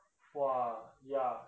!wah! ya